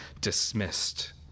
dismissed